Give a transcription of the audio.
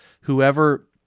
whoever